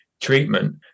treatment